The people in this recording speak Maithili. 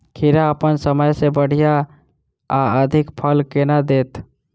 खीरा अप्पन समय सँ बढ़िया आ अधिक फल केना देत?